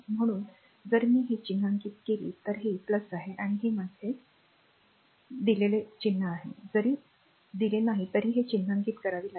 म्हणून जर मी हे चिन्हांकित केले तर हे आहे आणि हे माझे आहे हे जरी दिले नाही तरीही ते चिन्हांकित करावे लागेल